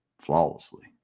flawlessly